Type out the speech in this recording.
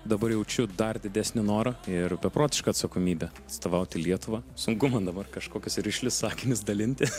dabar jaučiu dar didesnį norą ir beprotišką atsakomybę atstovauti lietuvą sunku man dabar kažkokius rišlius sakinius dalinti